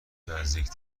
نزدیک